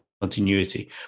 continuity